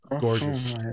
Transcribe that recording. Gorgeous